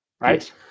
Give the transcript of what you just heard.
right